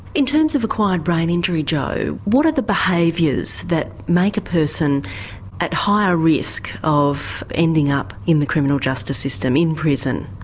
in terms of acquired brain injury, jo, what are the behaviours behaviours that make a person at higher risk of ending up in the criminal justice system, in prison,